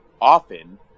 often